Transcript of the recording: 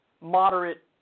moderate